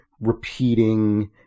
repeating